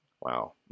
wow